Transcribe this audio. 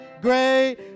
great